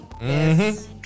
yes